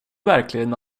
verkligen